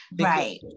right